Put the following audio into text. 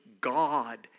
God